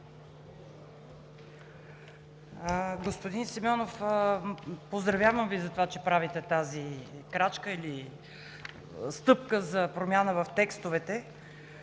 Господин Симеонов, поздравявам Ви за това, че правите тази крачка или стъпка за промяна в текстовете,